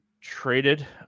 traded